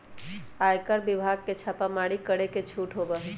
आयकर विभाग के छापेमारी करे के छूट होबा हई